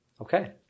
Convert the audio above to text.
okay